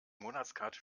monatskarte